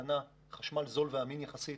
עם חשמל זול ואמין יחסית,